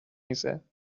میزند